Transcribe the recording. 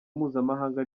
mpuzamahanga